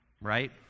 right